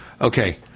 Okay